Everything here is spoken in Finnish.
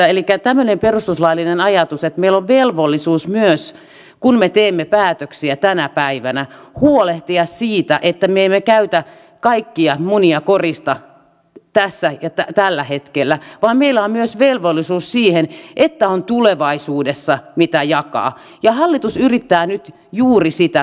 elikkä on tämmöinen perustuslaillinen ajatus että meillä on velvollisuus myös kun me teemme päätöksiä tänä päivänä huolehtia siitä että me emme käytä kaikkia munia korista tässä ja tällä hetkellä vaan meillä on myös velvollisuus siihen että on tulevaisuudessa mitä jakaa ja hallitus yrittää nyt juuri sitä toimenpidettä